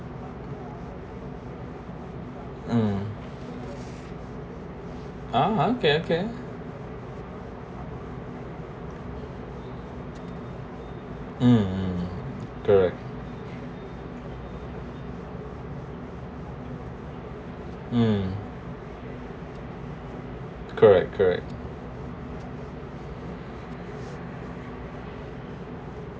um uh okay okay um um um good um correct correct